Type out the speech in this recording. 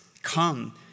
Come